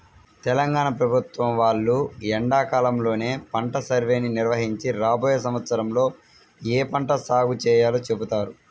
తెలంగాణ ప్రభుత్వం వాళ్ళు ఎండాకాలంలోనే పంట సర్వేని నిర్వహించి రాబోయే సంవత్సరంలో ఏ పంట సాగు చేయాలో చెబుతారు